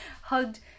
hugged